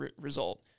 result